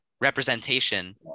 representation